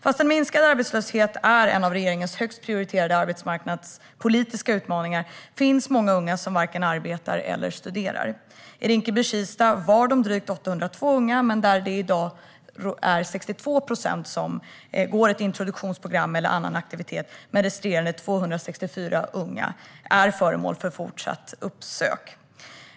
Fastän minskad arbetslöshet är en av regeringens högst prioriterade arbetsmarknadspolitiska utmaningar finns många ungar som varken arbetar eller studerar. I Rinkeby-Kista var de drygt 802 unga. Det är i dag 62 procent som går ett introduktionsprogram eller har annan aktivitet, men resterande 264 unga är föremål för fortsatt uppsökande verksamhet.